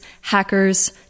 hackers